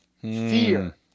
Fear